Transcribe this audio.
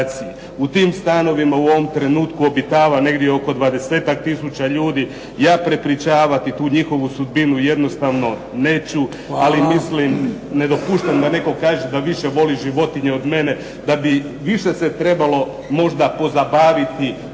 U tim stanovima u ovom trenutku obitava negdje oko 20-ak tisuća ljudi. Ja prepričavati tu njihovu sudbinu jednostavno neću, ali mislim ne dopuštam da netko kaže da više voli životinje od mene, da bi više se trebalo možda pozabaviti